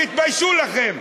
תתביישו לכם.